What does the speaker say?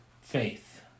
Faith